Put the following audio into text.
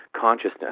consciousness